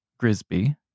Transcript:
Grisby